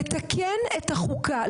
לתקן את החוקה,